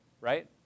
right